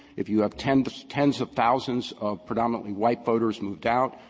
if you have ten tens of thousands of predominantly white voters moved out,